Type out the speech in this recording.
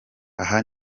aha